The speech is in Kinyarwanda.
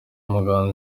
umuganda